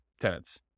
tenants